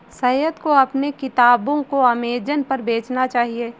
सैयद को अपने किताबों को अमेजन पर बेचना चाहिए